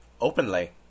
openly